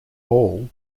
ball